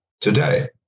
today